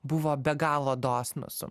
buvo be galo dosnūs